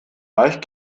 leicht